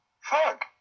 fuck